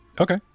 Okay